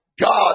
God